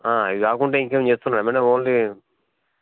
అవి కాకుండా ఇంకా ఏం చేస్తున్నారు మేడం ఓన్లీ